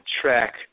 Track